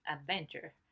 adventure